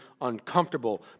uncomfortable